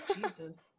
jesus